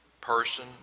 person